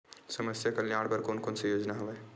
समस्या कल्याण बर कोन कोन से योजना हवय?